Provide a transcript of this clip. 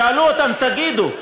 שאלו אותם: תגידו,